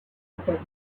recognize